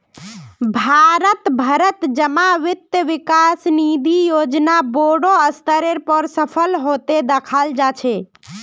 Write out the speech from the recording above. भारत भरत जमा वित्त विकास निधि योजना बोडो स्तरेर पर सफल हते दखाल जा छे